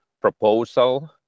proposal